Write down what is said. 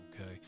okay